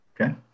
Okay